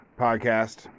podcast